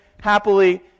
happily